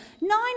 Nine